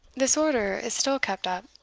this order is still kept up.